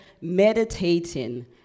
meditating